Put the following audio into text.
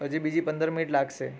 હજી બીજી પંદર મિનિટ લાગશે